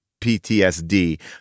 PTSD